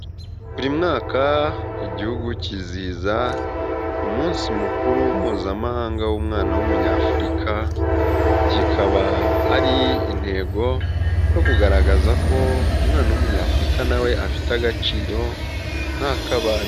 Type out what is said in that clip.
Buri mwaka Igihugu kizihiza umunsi mukuru mpuzamahanga w'umwana w'umunyafurika. Kikaba ari intego yo kugaragaza ko umwana w'umunyafurika nawe afite agaciro nkak'abandi.